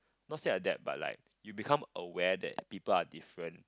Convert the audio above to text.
not say adapt but like you become aware that people are different